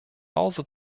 hause